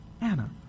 Anna